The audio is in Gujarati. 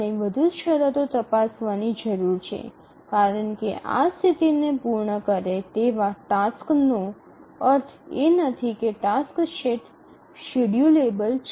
આપણે વધુ શરતો તપાસવાની જરૂર છે કારણ કે આ સ્થિતિને પૂર્ણ કરે તેવા ટાસક્સનો અર્થ એ નથી કે ટાસ્ક સેટ શેડ્યૂલેબલ છે